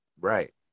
Right